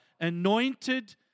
anointed